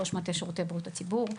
ראש מטה שירותי בריאות הציבור.